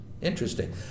Interesting